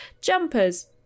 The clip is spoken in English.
jumpers